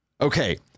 Okay